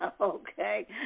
Okay